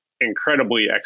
incredibly